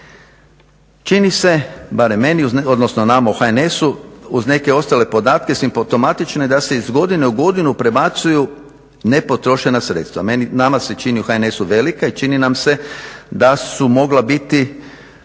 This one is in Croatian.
Čini se, barem meni, odnosno nama u HNS-u uz neke ostale podatke simptomatične da se iz godine u godinu prebacuju nepotrošena sredstva, nama se čini u HNS-u velika i čini nam se da su mogla biti